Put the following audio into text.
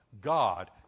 God